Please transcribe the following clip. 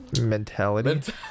mentality